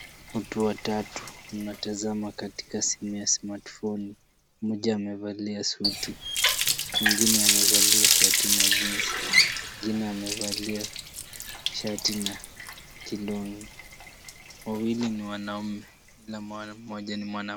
Watu watatu wanatazama katika simu ya smartphone , mmoja amevalia suti, mwingine amevalia shati na jeans , mwingine amevalia shati na kilong'i . Wawili ni wanaume ila mmoja ni mwanamke.